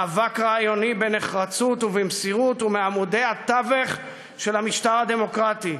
מאבק רעיוני בנחרצות ובמסירות הוא מעמודי התווך של המשטר הדמוקרטי.